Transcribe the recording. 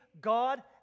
God